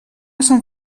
sant